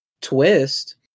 twist